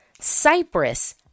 Cyprus